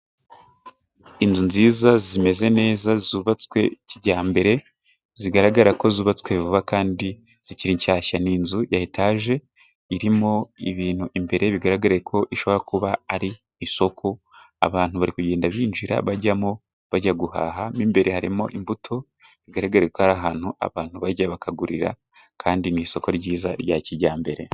Inzu nziza kandi zubatswe kijambere, bigaragara ko zubatswe vuba kandi zikiri nshyashya. Ni inzu ya etaje irimo ibintu imbere, bigaragara ko ishobora kuba ari isoko. Abantu bari kugenda binjira bajyamo bajyaguhaha. Mo imbere harimo imbuto, bigaragara ko ari ahantu Abantu bajya bakagurira, kandi ni isoko ryiza rya kijambere.